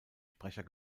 sprecher